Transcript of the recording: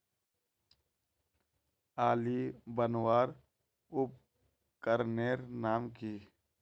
आली बनवार उपकरनेर नाम की?